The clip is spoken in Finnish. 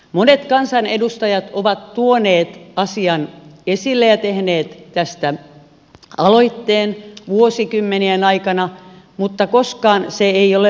monet kansanedustajat ovat tuoneet asian esille ja tehneet tästä aloitteen vuosikymmenien aikana mutta koskaan se ei ole läpi mennyt